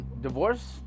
divorce